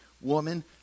woman